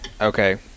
Okay